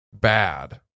bad